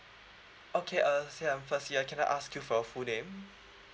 okay uh see uh firstly uh can I ask you for your full name